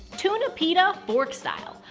tuna pita, fork style.